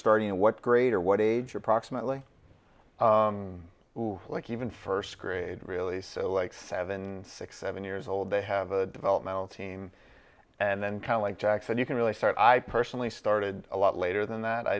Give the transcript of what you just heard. starting what grade or what age approximately who like even first grade really so like seven six seven years old they have a developmental team and then kind of like jack said you can really start i personally started a lot later than that i